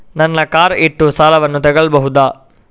ನನ್ನ ಕಾರ್ ಇಟ್ಟು ಸಾಲವನ್ನು ತಗೋಳ್ಬಹುದಾ?